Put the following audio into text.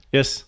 Yes